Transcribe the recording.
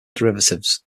derivatives